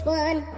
one